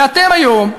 ואתם היום,